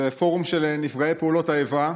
זה פורום של נפגעי פעולות האיבה,